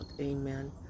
Amen